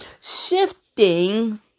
Shifting